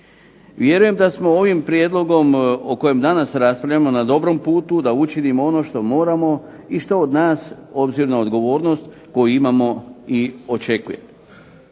Vjerujem da smo ovim prijedlogom o kojem danas raspravljamo na dobrom putu da učinimo ono što moramo i što od nas obzirna odgovornost koju imamo i očekuje.